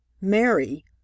Mary